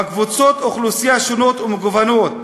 בקבוצות אוכלוסייה שונות ומגוונות,